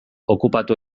okupatu